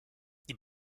die